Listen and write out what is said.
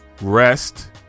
rest